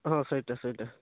ହଁ ସେଇଟା ସେଇଟା